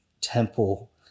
temple